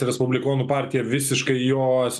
respublikonų partija visiškai jos